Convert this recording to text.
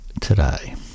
today